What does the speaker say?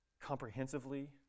comprehensively